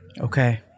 Okay